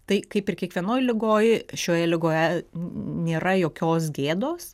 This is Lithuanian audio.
tai kaip ir kiekvienoj ligoj šioje ligoje nėra jokios gėdos